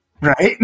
right